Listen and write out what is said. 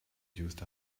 used